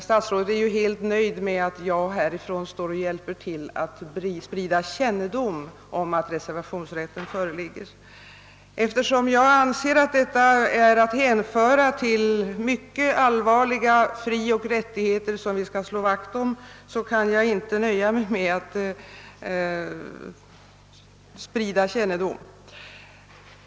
Statsrådet är helt nöjd med att jag härifrån hjälper till att sprida kännedom om att reservationsrätt föreligger. Eftersom jag anser att denna rätt är att hänföra till de väsentliga frioch rättigheter som vi bör slå vakt om, kan jag inte nöja mig med att man sprider kännedom om dess existens.